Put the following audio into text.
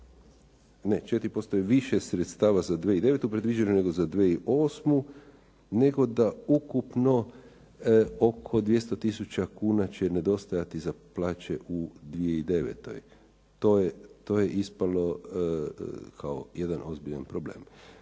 ne 4% je više sredstava za 2009. predviđeno nego za 2008., nego da ukupno oko 200 tisuća kuna će nedostajati za plaće u 2009. To je ispalo kao jedan ozbiljan problem.